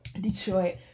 Detroit